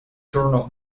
journal